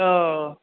ओअऽ